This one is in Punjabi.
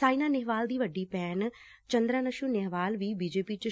ਸਾਇਨਾ ਨੇਹਵਾਲ ਦੀ ਵੱਡੀ ਭੈਣ ਚੰਦਰਾਨਸੁ ਨੇਹਵਾਲ ਵੀ ਬੀਜੇਪੀ ਚ